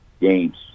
games